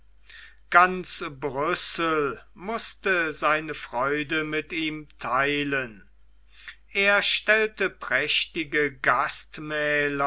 ganz brüssel mußte seine freude mit ihm theilen er stellte prächtige